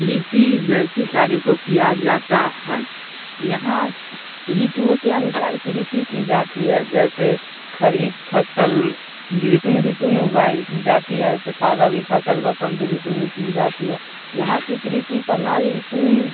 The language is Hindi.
कृषि जैसी कार्य को किया जाता है यहाँ ऋतुओं के अनुसार कृषि की जाती है जैसे खरीफ़ फ़सल ग्रीष्म ऋतु में उगाई जाती है तथा रबी फ़सल बसंत ऋतु में की जाती है यहाँ की कृषि प्रणाली इतनी